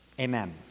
amen